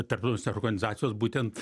tarptautinės organizacijos būtent